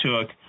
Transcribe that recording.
took